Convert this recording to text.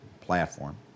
platform